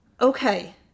okay